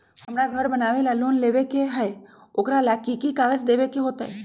हमरा घर बनाबे ला लोन लेबे के है, ओकरा ला कि कि काग़ज देबे के होयत?